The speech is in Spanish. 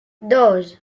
dos